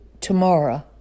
tomorrow